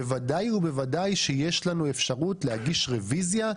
בוודאי ובוודאי שיש לנו אפשרות להגיש רוויזיה,